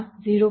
1 આ 0